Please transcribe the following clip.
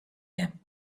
them